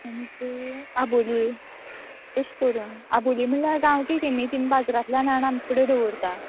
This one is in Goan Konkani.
आनी आबोंली तशें करून आबोंली म्हणल्यार गांवठी तेमी तेमी बाजारांतल्यान हाडून आमचे कडेन दवरतात